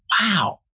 wow